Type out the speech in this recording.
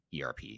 ERP